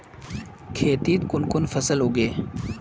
खेतीत कुन कुन फसल उगेई?